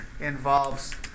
involves